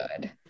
good